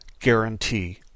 guarantee